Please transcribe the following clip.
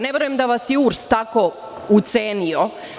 Ne verujem da vas je URS tako ucenio.